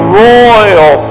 royal